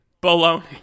Bologna